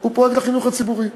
הוא פרויקט לחינוך הציבורי.